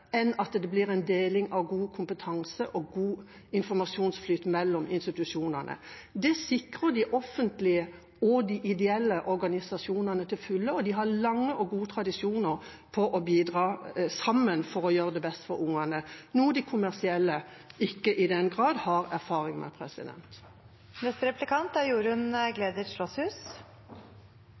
enn at det blir en deling av god kompetanse og god informasjonsflyt mellom institusjonene. Det sikrer de offentlige og de ideelle organisasjonene til fulle. De har lange og gode tradisjoner for å bidra sammen for å gjøre det beste for ungene, noe de kommersielle ikke i den grad har erfaring med.